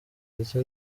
ndetse